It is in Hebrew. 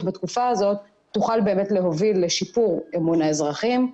בתקופה הזאת תוכל להוביל לשיפור אמון האזרחים.